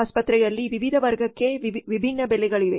ಆಸ್ಪತ್ರೆಯಲ್ಲಿ ವಿವಿಧ ವರ್ಗಕ್ಕೆ ವಿಭಿನ್ನ ಬೆಲೆಗಳಿವೆ